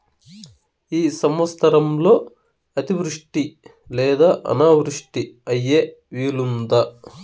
ఈ సంవత్సరంలో అతివృష్టి లేదా అనావృష్టి అయ్యే వీలుందా?